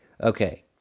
Okay